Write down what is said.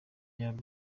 byaba